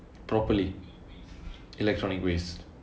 properly electronic waste